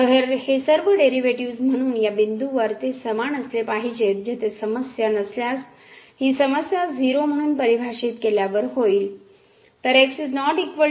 तर हे सर्व डेरिव्हेटिव्ह्ज म्हणून या बिंदूंवर ते समान असले पाहिजेत जेथे समस्या नसल्यास ही समस्या 0 म्हणून परिभाषित केल्यावर होईल